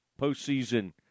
postseason